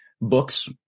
books